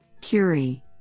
Curie